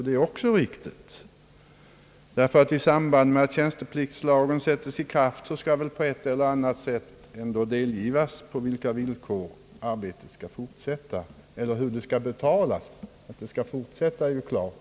Det är också riktigt. I samband med att tjänstepliktslagen sätts i kraft skall väl på ett eller annat sätt ändå tillkännages hur arbetet skall betalas eller ersättas; att det skall fortsätta är ju klart.